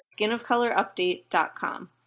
skinofcolorupdate.com